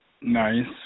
Nice